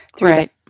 Right